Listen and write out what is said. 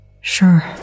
Sure